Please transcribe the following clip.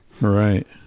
Right